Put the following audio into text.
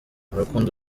rukundo